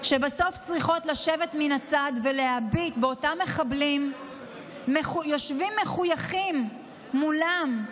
בסוף צריכות לשבת מן הצד ולהביט באותם מחבלים יושבים מחויכים מולם,